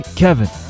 kevin